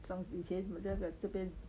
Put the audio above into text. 以前我聊聊这边